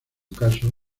caso